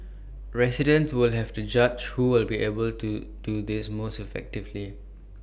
residents will have to judge who will be able to do this most effectively